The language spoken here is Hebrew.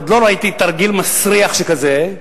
עוד לא ראיתי תרגיל מסריח שכזה,